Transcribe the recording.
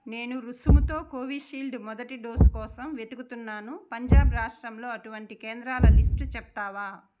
నేను రుసుముతో కోవిషీల్డ్ మొదటి డోసు కోసం వెదుకుతున్నాను పంజాబ్ రాష్ట్రంలో అటువంటి కేంద్రాల లిస్టు చెప్తావా